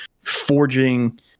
forging